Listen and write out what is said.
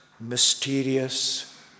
mysterious